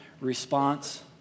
response